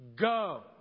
go